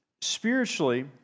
spiritually